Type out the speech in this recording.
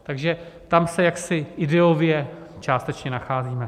Takže tam se ideově částečně nacházíme.